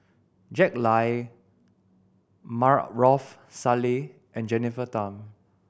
Jack Lai Maarof Salleh and Jennifer Tham